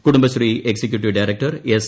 Kudumbashree executive director S